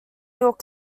york